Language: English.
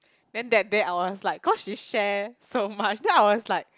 then that day I was like cause she share so much then I was like